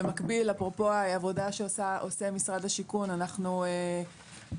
במקביל אפרופו העבודה שעשה משרד השיכון אנחנו מכניסים